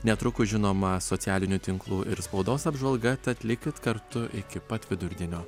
netrukus žinoma socialinių tinklų ir spaudos apžvalga tad likit kartu iki pat vidurdienio